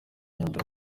imbere